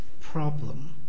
problem